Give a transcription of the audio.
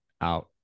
out